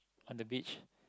on the beach